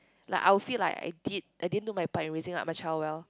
like I'll feel like I did I didn't do my part in raising up my child well